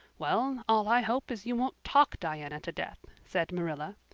well, all i hope is you won't talk diana to death, said marilla.